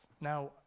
Now